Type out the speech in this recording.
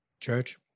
church